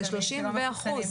זה 30 ו- אחוזים.